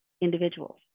individuals